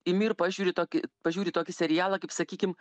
imi ir pažiūri tokį požiūri tokį serialą kaip sakykim